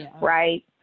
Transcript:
right